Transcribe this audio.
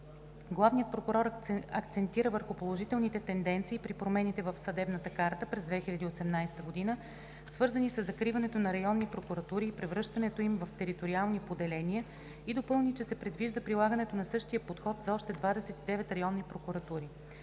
Главният прокурор акцентира върху положителните тенденции при промените в съдебната карта през 2018 г., свързани със закриването на районни прокуратури и превръщането им в териториални поделения, и допълни, че се предвижда прилагането на същия подход за още 29 районни прокуратури.